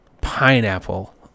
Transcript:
pineapple